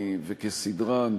וכסדרן.